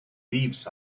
lives